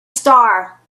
star